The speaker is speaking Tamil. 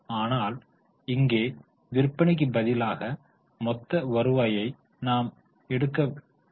ஆனால் இங்கே விற்பனைக்கு பதிலாக மொத்த வருவாயை நாம் எடுத்துக் கொள்வோம்